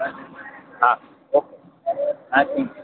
હા ઓકે હા